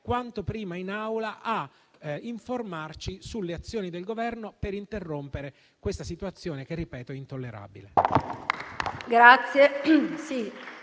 quanto prima in Aula a informarci sulle azioni del Governo per interrompere questa situazione, che - ripeto - è intollerabile.